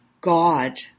God